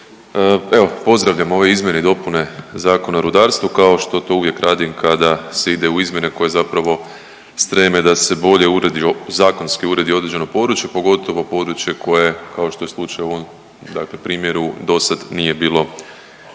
Evo pozdravljam ove izmjene i dopune Zakona o rudarstvu kao što to uvijek radim kada se ide u izmjene koje zapravo streme da se bolje uredi zakonski uredi određeno područje, pogotovo područje koje kao što je slučaj u ovom primjeru do sad nije bilo